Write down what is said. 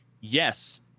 Yes